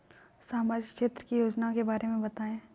सामाजिक क्षेत्र की योजनाओं के बारे में बताएँ?